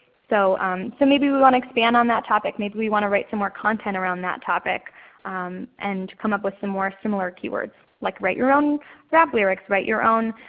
so so maybe we want to expand on that topic. maybe we want to write some more content around that topic and come up with some more similar keywords like write your own rap lyrics, write your own